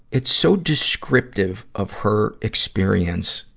it's so descriptive of her experience,